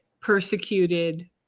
persecuted